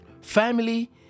family